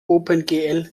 opengl